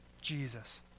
Jesus